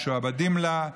משועבדים לה.